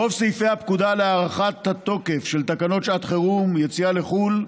רוב סעיפי הפקודה להארכת התוקף של תקנות שעת חירום (יציאה לחוץ לארץ)